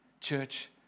church